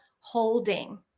Holding